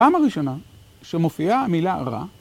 פעם הראשונה שמופיעה המילה רע